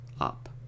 up